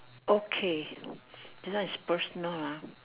okay this one is personal ah